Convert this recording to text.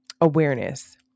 awareness